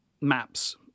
maps